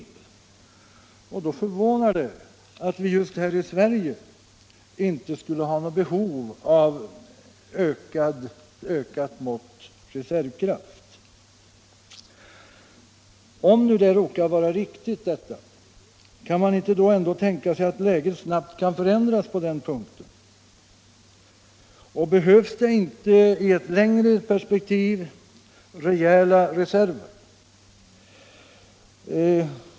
Mot denna bakgrund förvånar det att vi just här i Sverige inte skulle ha något behov av ett ökat mått av reservkraft. Om det är riktigt, kan i så fall inte läget snabbt förändras, och behövs det inte i ett längre perspektiv rejäla reserver?